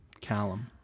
Callum